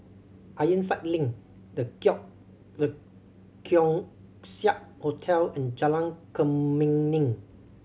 Ironside Link The Keong The Keong Saik Hotel and Jalan Kemuning